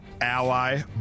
ally